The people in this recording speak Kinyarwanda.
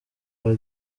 aba